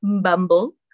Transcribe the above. Bumble